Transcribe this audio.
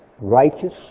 righteous